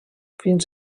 fins